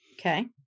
Okay